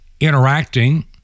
interacting